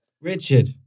Richard